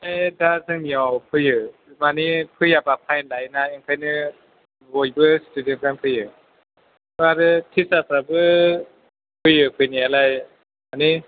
ओमफ्राय दा जोंनियाव फैयो माने फैयाबा फाइन लायोना बेनिखायनो बयबो स्टुदेन्टफ्रानो फैयो आरो टिचारफ्राबो फैयो फैनायालाय माने